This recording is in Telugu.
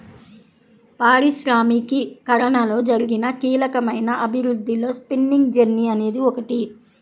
పారిశ్రామికీకరణలో జరిగిన కీలకమైన అభివృద్ధిలో స్పిన్నింగ్ జెన్నీ అనేది ఒకటి